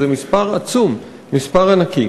זה מספר עצום, מספר ענקי.